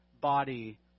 body